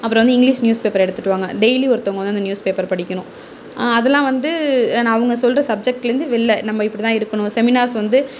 அப்பறம் வந்து English news paper எடுத்துகிட்டு வாங்க டெய்லியும் ஒருத்தவங்க வந்து அந்த நியூஸ் பேப்பர் படிக்கணும் அதல்லாம் வந்து அவங்க சொல்கிற சப்ஜெக்ட்டிலேந்து வெளில நம்ம இப்படிதா இருக்கணும் செமினார்ஸ் வந்து